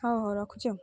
ହଁ ହଉ ରଖୁଛି ଆଉ